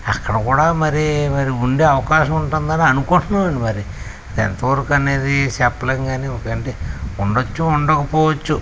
అక్కడ కూడా మరి మరి ఉండే అవకాశం ఉంటుందని అనుకుంటున్నానండీ మరి ఎంతవరకు అనేది చెప్పలేము కాని ఒకవేళ అంటే ఉండఅచ్చు ఉండకపోవచ్చు